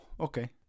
okay